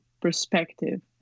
perspective